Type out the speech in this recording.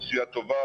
עשייה טובה,